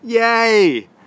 Yay